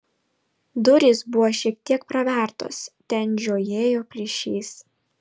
durys buvo šiek tiek pravertos ten žiojėjo plyšys